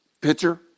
pitcher